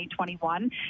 2021